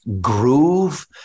groove